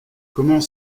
comment